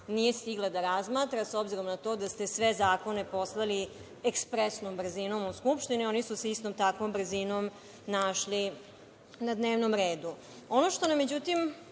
nije stigla da razmatra, s obzirom na to da ste sve zakone poslali ekspresnom brzinom u Skupštinu. Oni su se isto takvom brzinom našli na dnevnom redu. Ono što međutim